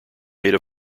made